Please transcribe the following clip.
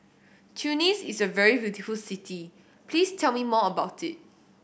Tunis is a very beautiful city please tell me more about it